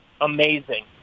amazing